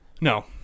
No